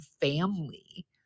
family